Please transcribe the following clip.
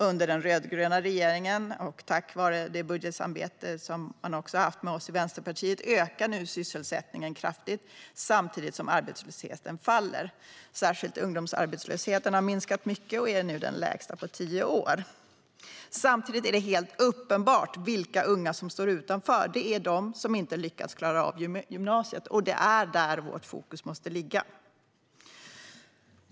Under den rödgröna regeringen och tack vare det budgetsamarbete man har haft med oss i Vänsterpartiet ökar nu sysselsättningen kraftigt, samtidigt som arbetslösheten faller. Särskilt ungdomsarbetslösheten har minskat mycket och är nu den lägsta på tio år. Samtidigt är det helt uppenbart vilka unga som står utanför: de som inte lyckats klara av gymnasiet. Det är där vårt fokus måste ligga.